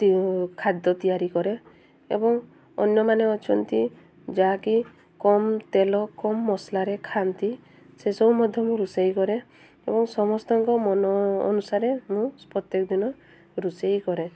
ଖାଦ୍ୟ ତିଆରି କରେ ଏବଂ ଅନ୍ୟମାନେ ଅଛନ୍ତି ଯାହାକି କମ୍ ତେଲ କମ୍ ମସଲାରେ ଖାଆନ୍ତି ସେସବୁ ମଧ୍ୟ ମୁଁ ରୋଷେଇ କରେ ଏବଂ ସମସ୍ତଙ୍କ ମନ ଅନୁସାରେ ମୁଁ ପ୍ରତ୍ୟେକ ଦିନ ରୋଷେଇ କରେ